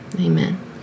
amen